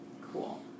Cool